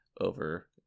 over